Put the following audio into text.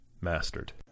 mastered